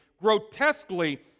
grotesquely